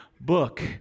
book